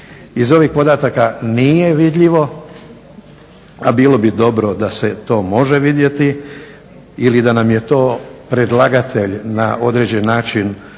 Iz ovih podataka nije vidljivo a bilo bi dobro da se to može vidjeti ili da nam je to predlagatelj na određeni način uvodno